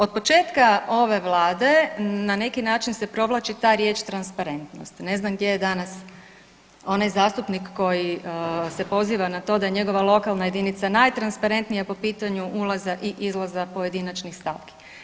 Od početka ove Vlade na neki način se provlači ta riječ transparentnost, ne znam gdje je danas onaj zastupnik koji se poziva na to da njegova lokalna jedinica najtransparentnija po pitanju ulaza i izlaza pojedinačnih stavki.